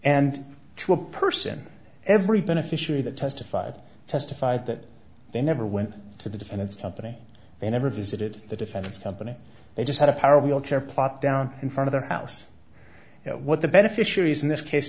and to a person every beneficiary that testified testified that they never went to the defendant's company they never visited the defendant's company they just had a power wheelchair plopped down in front of the house what the beneficiaries in this case